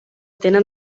tenen